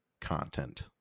content